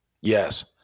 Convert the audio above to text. Yes